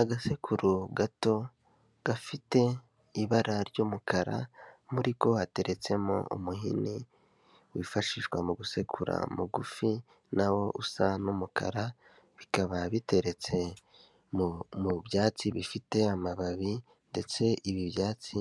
Agasekuru gato gafite ibara ry'umukara, muriko hateretsemo umuhini wifashishwa mu gusekura, mugufi na wo usa n'umukara, bikaba biteretse mu byatsi bifite amababi, ndetse ibi byatsi